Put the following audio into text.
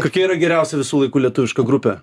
kokia yra geriausia visų laikų lietuviška grupė